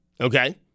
okay